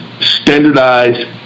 standardized